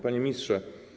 Panie Ministrze!